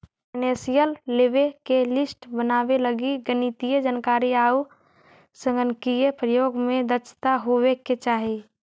financial लेवे के list बनावे लगी गणितीय जानकारी आउ संगणकीय प्रयोग में दक्षता होवे के चाहि